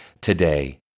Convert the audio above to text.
today